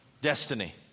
destiny